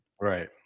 right